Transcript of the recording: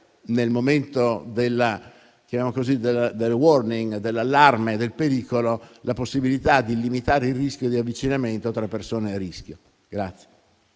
nel momento del *warning,* dell'allarme, del pericolo, la possibilità di limitare il rischio di avvicinamento tra persone a rischio.